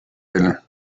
elle